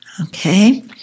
Okay